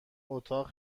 اتاق